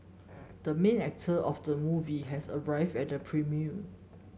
the main actor of the movie has arrived at the premiere